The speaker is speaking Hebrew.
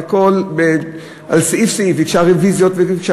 ועל סעיף-סעיף ביקשה רוויזיות וביקשה